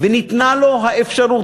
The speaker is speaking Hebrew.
וניתנה לו האפשרות,